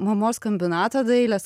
mamos kambinatą dailės